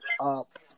up